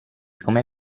come